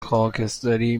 خاکستری